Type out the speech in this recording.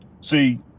See